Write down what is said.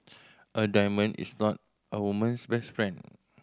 a diamond is not a woman's best friend